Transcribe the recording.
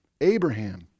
Abraham